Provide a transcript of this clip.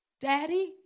Daddy